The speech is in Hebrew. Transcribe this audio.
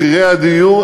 מחירי הדיור,